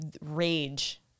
rage